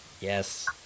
Yes